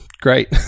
Great